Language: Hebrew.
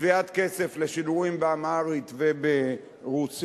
צביעת כסף לשידורים באמהרית וברוסית,